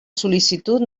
sol·licitud